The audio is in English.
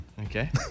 Okay